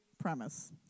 premise